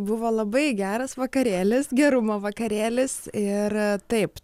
buvo labai geras vakarėlis gerumo vakarėlis ir taip